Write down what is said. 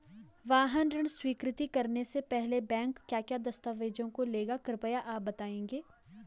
वाहन ऋण स्वीकृति करने से पहले बैंक क्या क्या दस्तावेज़ों को लेगा कृपया आप बताएँगे?